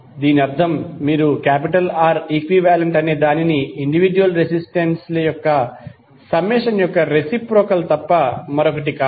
దీని అర్థం మీరు R ఈక్వివాలెంట్ అనే దానిని ఇండివిడ్యుయల్ రెసిస్టెన్స్ ల యొక్క సమ్మేషన్ యొక్క రెసిప్రొకల్ తప్ప మరొకటి కాదు